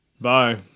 Bye